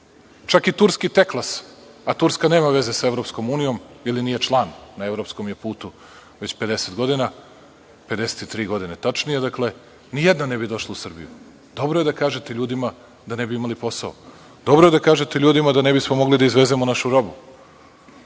čak i turski „Teklas“, a Turska nema veze sa EU ili nije član, na evropskom je putu već 50 godina, tačnije 53 godine. Dakle, ni jedna ne bi došla u Srbiju. Dobro je da kažete ljudima da ne bi imali posao. Dobro je da kažete ljudima da ne bismo mogli da izvezemo našu robu.